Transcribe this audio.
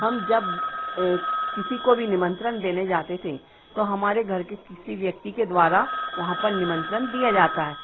हम जब किसी को भी निमंत्रण देने जाते थे तो हमारे घर की किसी व्यक्ति के द्वारा वहाँ पर निमंत्रण दिया जाता है